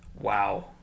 Wow